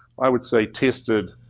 i would say tested,